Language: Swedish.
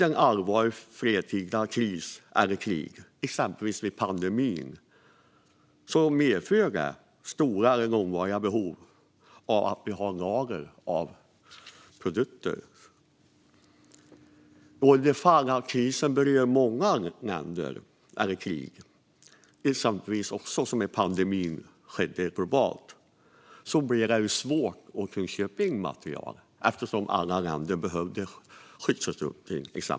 En allvarlig fredstida kris, som pandemin, eller ett krig medför stora eller långvariga behov av att ha lager av produkter. Om krisen eller kriget berör många länder - kanske till och med globalt, som under pandemin - blir det svårt att köpa in material eftersom alla länder behöver exempelvis skyddsutrustning.